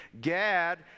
Gad